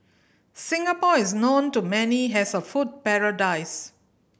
Singapore is known to many has a food paradise